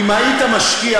אם היית משקיע,